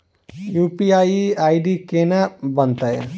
UPI ID केना बनतै?